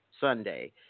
Sunday